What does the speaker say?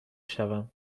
شوم